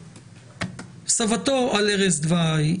סבתו על ערש דווי,